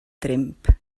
tremp